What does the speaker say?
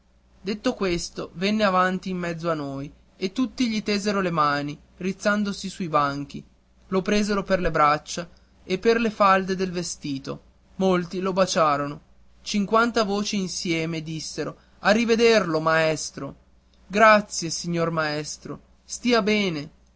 detto questo venne avanti in mezzo a noi e tutti gli tesero le mani rizzandosi sui banchi lo presero per le braccia e per le falde del vestito molti lo baciarono cinquanta voci insieme dissero a rivederlo maestro grazie signor maestro stia bene